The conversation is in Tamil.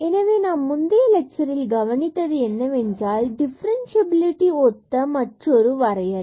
எனவே நாம் முந்தைய லெட்சரில் கவனித்தது என்னவென்றால் டிஃபரண்ட்சியபிலிட்டி ஒத்த மற்றொரு வரையறை